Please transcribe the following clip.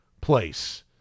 place